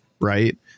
right